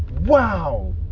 wow